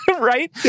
Right